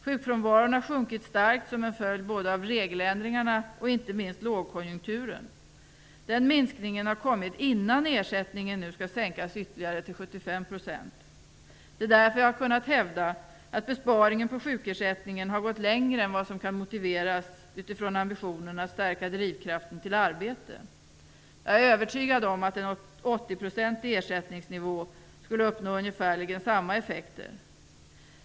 Sjukfrånvaron har sjunkit starkt som en följd av både regeländringarna och, inte minst, lågkonjunkturen. Den minskningen har kommit innan ersättningen nu skall sänkas ytterligare till 75 %. Det är därför som jag har kunnat hävda att besparingen på sjukersättningen har gått längre än vad som kan motiveras utifrån ambitionen att stärka drivkraften till arbete. Jag är övertygad om att en 80-procentig ersättningsnivå skulle uppnå ungefärligen samma effekter.